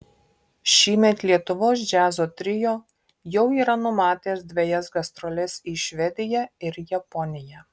šįmet lietuvos džiazo trio jau yra numatęs dvejas gastroles į švediją ir japoniją